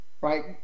right